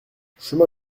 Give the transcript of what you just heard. chemin